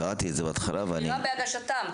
קראתי את זה בהתחלה --- מדובר בהגשתם,